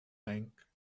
thank